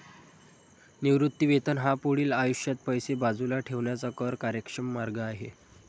निवृत्ती वेतन हा पुढील आयुष्यात पैसे बाजूला ठेवण्याचा कर कार्यक्षम मार्ग आहे